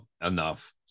enough